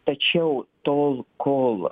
tačiau tol kol